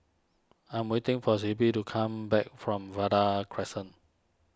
I am waiting for Sibbie to come back from Vanda Crescent